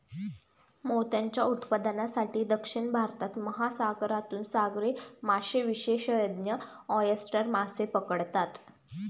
मोत्यांच्या उत्पादनासाठी, दक्षिण भारतात, महासागरातून सागरी मासेविशेषज्ञ ऑयस्टर मासे पकडतात